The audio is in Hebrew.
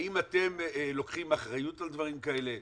האם אתם לוקחים אחריות על דברים כאלה?